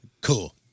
cool